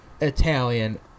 Italian